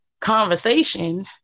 conversation